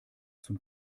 zum